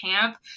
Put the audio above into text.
camp